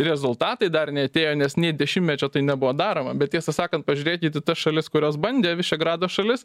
rezultatai dar neatėjo nes nei dešimtmečio tai nebuvo daroma bet tiesą sakant pažiūrėkit į tas šalis kurios bandė vyšegrado šalis